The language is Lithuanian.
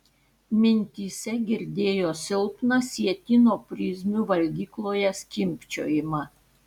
mintyse girdėjo silpną sietyno prizmių valgykloje skimbčiojimą